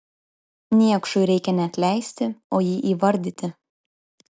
niekšui reikia ne atleisti o jį įvardyti